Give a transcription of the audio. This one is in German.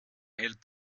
hält